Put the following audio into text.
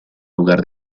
lugar